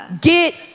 Get